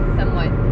somewhat